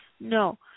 no